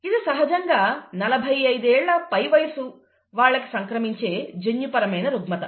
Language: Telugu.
ఇది సహజంగా 45 ఏళ్ల పై వయసు వాళ్ళకి సంక్రమించే జన్యుపరమైన రుగ్మత